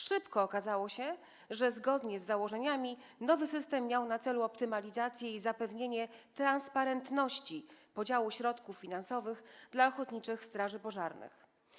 Szybko się okazało, że zgodnie z założeniami nowy system miał na celu optymalizację i zapewnienie transparentności podziału środków finansowych dla ochotniczych straży pożarnych.